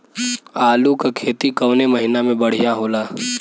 आलू क खेती कवने महीना में बढ़ियां होला?